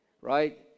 right